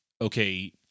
okay